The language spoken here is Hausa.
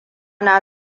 na